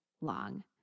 long